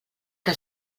que